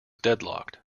deadlocked